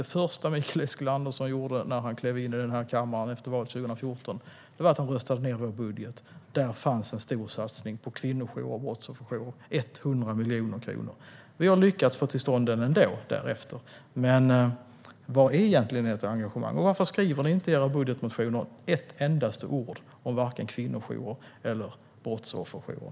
Det första Mikael Eskilandersson gjorde när han klev in i kammaren efter valet 2014 var att han röstade ned regeringens budget. Där fanns en stor satsning på kvinnojourer och brottsofferjourer på 100 miljoner kronor. Regeringen har därefter lyckats få till stånd denna satsning, men var ligger egentligen ert engagemang? Varför skriver ni inte i era budgetmotioner ett endaste ord om kvinnojourer eller brottsofferjourer?